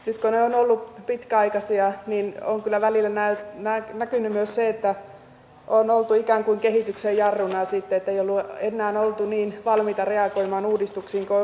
nyt kun ne ovat olleet pitkäaikaisia niin on kyllä välillä näkynyt myös se että on oltu ikään kuin kehityksen jarruna ja sitten se että ei ole enää oltu niin valmiita reagoimaan uudistuksiin kuin olisi ollut tarvetta